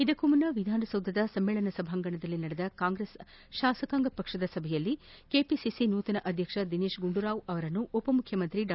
ಇದಕ್ಕೂ ಮುನ್ನ ವಿಧಾನಸೌಧದ ಸಮ್ನೇಳನ ಸಭಾಂಗಣದಲ್ಲಿ ನಡೆದ ಕಾಂಗ್ರೆಸ್ ಶಾಸಕಾಂಗ ಪಕ್ಷದ ಸಭೆಯಲ್ಲಿ ಕೆಪಿಸಿಸಿ ನೂತನ ಅಧ್ಯಕ್ಷ ದಿನೇತ್ ಗುಂಡೂರಾವ್ ಅವರನ್ನು ಉಪಮುಖ್ಯಮಂತ್ರಿ ಡಾ